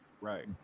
Right